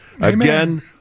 Again